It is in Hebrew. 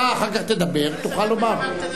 אתה אחר כך תדבר, תוכל לומר.